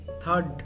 third